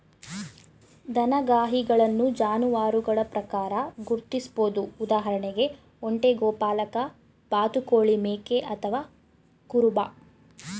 ದನಗಾಹಿಗಳನ್ನು ಜಾನುವಾರುಗಳ ಪ್ರಕಾರ ಗುರ್ತಿಸ್ಬೋದು ಉದಾಹರಣೆಗೆ ಒಂಟೆ ಗೋಪಾಲಕ ಬಾತುಕೋಳಿ ಮೇಕೆ ಅಥವಾ ಕುರುಬ